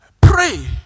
Pray